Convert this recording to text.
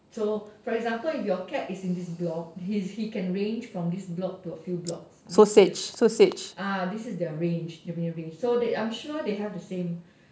so for example if your cat is in this block he's he can range from this block to a few blocks ah this is their range so I'm sure they have the same